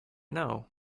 know